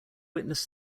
witness